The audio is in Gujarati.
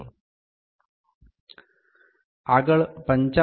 000 આગળ 55